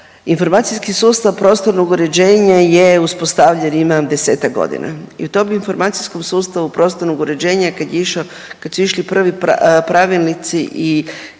informacijski sustav prostornog uređenja je uspostavljen, ima 10-ak godina i u tom informacijskom sustavu prostornog uređenja, kad je išao, kad su išli prvi pravilnici i